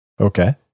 Okay